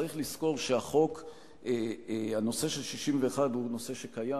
צריך לזכור שהנושא של 61 הוא נושא שקיים,